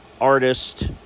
artist